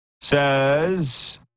says